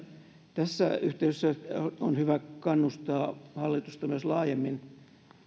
tässä yhteydessä on hyvä kannustaa hallitusta myös laajemmin